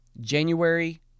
january